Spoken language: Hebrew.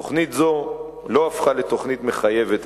תשובת השר להגנת הסביבה גלעד